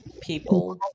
people